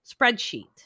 spreadsheet